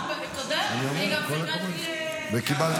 תודה, אני גם פרגנתי לבועז.